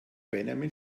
benjamin